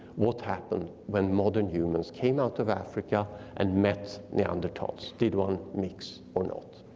what happened when modern humans came out of africa and met neanderthals? did one mix or not?